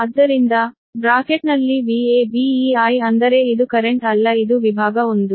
ಆದ್ದರಿಂದ ಬ್ರಾಕೆಟ್ನಲ್ಲಿ Vab ಈ I ಅಂದರೆ ಇದು ಕರೆಂಟ್ ಅಲ್ಲ ಇದು ವಿಭಾಗ 1